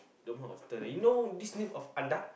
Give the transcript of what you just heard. number of turn you know this name of Andak